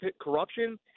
corruption